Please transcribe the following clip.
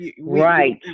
right